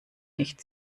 nicht